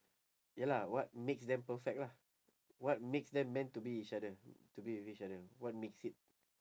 ya lah what makes them perfect lah what makes them meant to be each other to be with each other what makes it